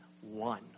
one